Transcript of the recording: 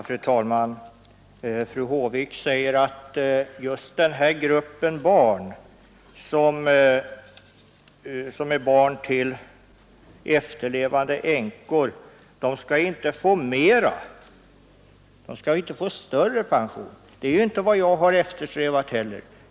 Fru talman! Fru Håvik säger att änkornas barn inte bör få större pension än andra. Det är inte vad jag har eftersträvat heller.